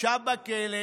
ישב בכלא,